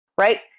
right